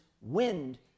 wind